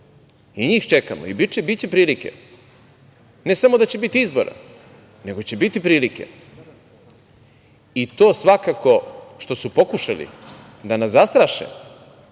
Njih čekamo i biće prilike. Ne samo da će biti izbora, nego će biti prilike. Svakako, i to što su pokušali da nas zastraše,